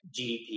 GDP